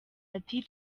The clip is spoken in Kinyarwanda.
ati